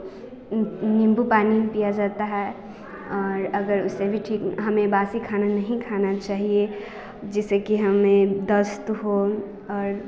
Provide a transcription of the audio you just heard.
नींबू पानी पिया जाता है और अगर उससे भी ठीक हमें बासी खाना खाना चाहिए जिससे की हमें दस्त हो और